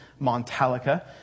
Montalica